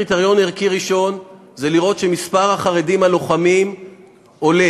קריטריון ערכי ראשון זה לראות שמספר החרדים הלוחמים עולה.